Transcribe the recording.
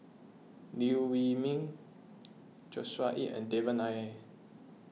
Liew Wee Mee Joshua Ip and Devan Nair